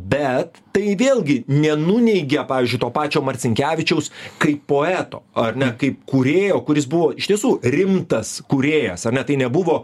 bet tai vėlgi nenuneigia pavyzdžiui to pačio marcinkevičiaus kaip poeto ar ne kaip kūrėjo kuris buvo iš tiesų rimtas kūrėjas ar ne tai nebuvo